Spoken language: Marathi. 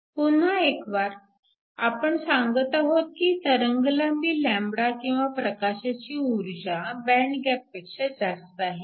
पुन्हा एकवार आपण सांगत आहोत की तरंगलांबी λ किंवा प्रकाशाची ऊर्जा बँड गॅपपेक्षा जास्त आहे